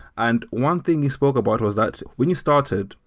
and one thing you spoke about was that when you started,